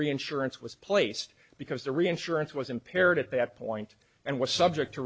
reinsurance was placed because the reinsurance was impaired at that point and was subject to